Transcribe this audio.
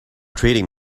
treating